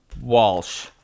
Walsh